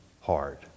hard